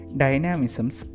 dynamisms